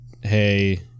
hey